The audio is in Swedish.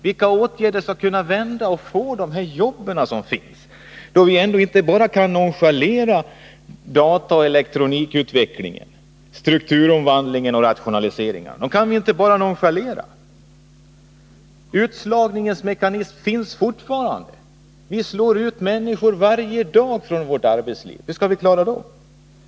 Vilka åtgärder skall kunna ge oss jobben? Vi kan ju inte bara nonchalera dataoch elektronikutvecklingen, strukturomvandlingen och rationaliseringen. Utslagningens mekanism finns fortfarande. I vårt arbetsliv slår vi dagligen ut människor. Hur skall vi klara deras problem?